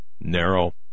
narrow